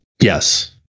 Yes